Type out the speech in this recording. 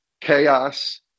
chaos